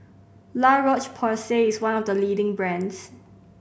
La Roche Porsay is one of the leading brands